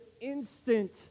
instant